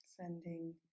sending